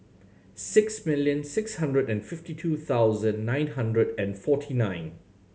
six million six hundred and fifty two thousand nine hundred and forty nine